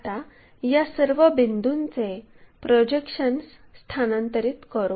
आता या सर्व बिंदूंचे प्रोजेक्शन्स स्थानांतरित करू